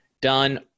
done